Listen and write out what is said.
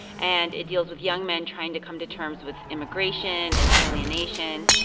and it deals with young men trying to come to terms with immigration and alienation.